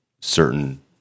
certain